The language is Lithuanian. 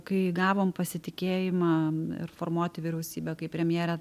kai įgavom pasitikėjimą ir formuoti vyriausybę kai premjerė